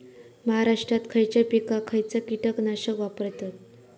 महाराष्ट्रात खयच्या पिकाक खयचा कीटकनाशक वापरतत?